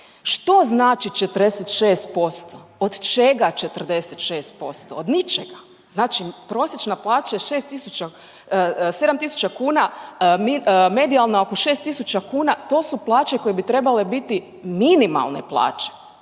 Što znači 46%? Od čega 46%? Od ničega. Znači prosječna plaća je 7.000 kuna, medijalna oko 6.000 kuna, to su plaće koje bi trebale biti minimalne plaće